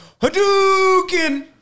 Hadouken